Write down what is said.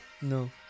No